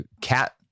cat